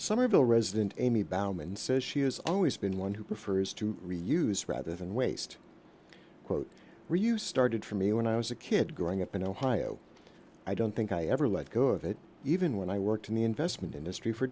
somerville resident amy bauman says she has always been one who prefers to reuse rather than waste quote where you started for me when i was a kid growing up in ohio i don't think i ever let go of it even when i worked in the investment industry for